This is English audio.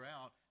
out